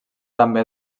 també